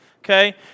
Okay